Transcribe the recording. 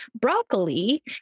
broccoli